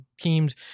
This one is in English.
teams